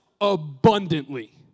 abundantly